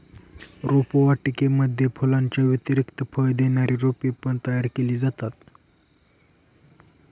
रोपवाटिकेमध्ये फुलांच्या व्यतिरिक्त फळ देणारी रोपे पण तयार केली जातात